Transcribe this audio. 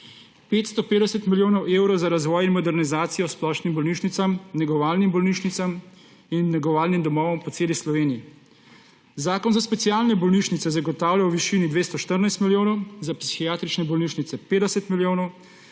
550 milijonov evrov za razvoj in modernizacijo splošnim bolnišnicam, negovalnim bolnišnicam in negovalnim domovom po celi Sloveniji. Zakon za specialne bolnišnice zagotavljajo v višini 214 milijonov, za psihiatrične bolnišnice 50 milijonov,